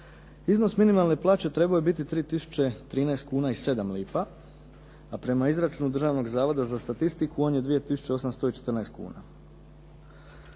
iznos minimalne plaće trebao je biti 3013,07 kuna, a prema izračunu Državnog zavoda za statistiku on je 2814 kuna.